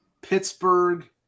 Pittsburgh